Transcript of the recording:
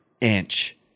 inch